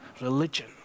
religion